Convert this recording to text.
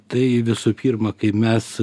tai visų pirma kaip mes